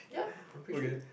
ya I'm pretty sure